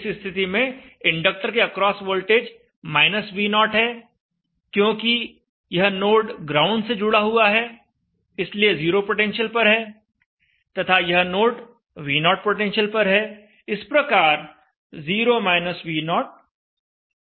इस स्थिति में इंडक्टर के अक्रॉस वोल्टेज -V0 है क्योंकि यह नोड ग्राउंड से जुड़ा हुआ है इसलिए 0 पोटेंशियल पर है तथा यह नोड V0 पोटेंशियल पर है इस प्रकार 0 - V0 -V0 हो जाता है